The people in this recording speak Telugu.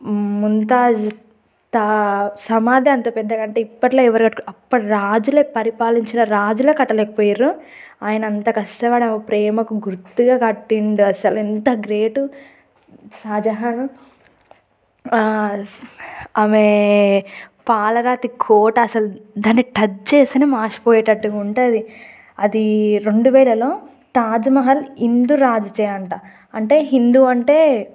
ముంతాజ్ తా సమాదే అంత పెద్దగంటే ఇప్పట్లో ఎవరు కట్టుకోరు అప్పటి రాజులే పరిపాలించిన రాజులే కట్టలేకపోయారు ఆయన అంత కష్టపడి ఆమె ప్రేమకు గుర్తుగా కట్టిండు అస్సలు ఎంత గ్రేటు షాజహాన్ ఆమె పాలరాతి కోట అసలు దాన్ని టచ్ చేస్తేనే మాసిపోయేటట్టుగా ఉంటుంది అది రెండు వేలలో తాజ్మహల్ హిందూ రాజుదే అంట అంటే హిందూ అంటే